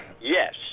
Yes